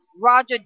Roger